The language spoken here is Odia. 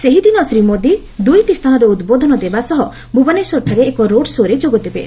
ସେହିଦିନ ଶ୍ରୀ ମୋଦି ଦୁଇଟି ସ୍ଥାନରେ ଉଦ୍ବୋଧନ ଦେବା ସହ ଭୁବନେଶ୍ୱରଠାରେ ଏକ ରୋଡ୍ ସୋ'ରେ ଯୋଗଦେବେ